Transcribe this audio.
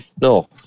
no